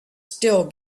still